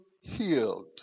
healed